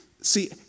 see